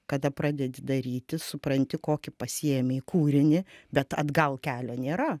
kada pradedi daryti supranti kokį pasiėmei kūrinį bet atgal kelio nėra